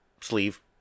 sleeve